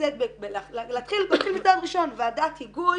להתחיל בצעד ראשון ועדת היגוי